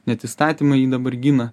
net įstatymai jį dabar gina